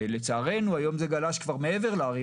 לצערנו היום זה גלש כבר מעבר לערים